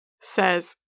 says